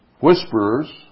whisperers